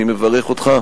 אני מברך אותך,